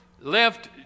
left